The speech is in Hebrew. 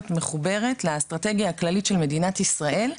מחוברת לאסטרטגיה הכללית של מדינת ישראל,